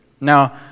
Now